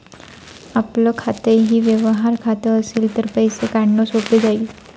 आपलं खातंही व्यवहार खातं असेल तर पैसे काढणं सोपं जाईल